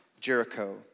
Jericho